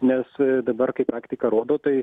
nes dabar kai praktika rodo tai